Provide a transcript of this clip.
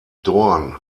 dorn